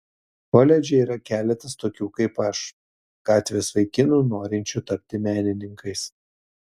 koledže yra keletas tokių kaip aš gatvės vaikinų norinčių tapti menininkais